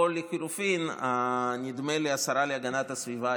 או לחילופין נדמה לי שהשרה להגנת הסביבה